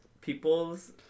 people's